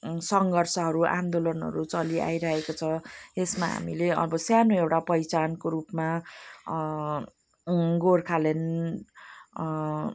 सङ्घर्षहरू आन्दोलनहरू चली आइरहेको छ यसमा हामीले अब सानो एउटा पहिचानको रूपमा गोर्खाल्यान्ड